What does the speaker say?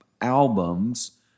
albums